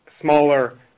smaller